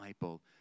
Bible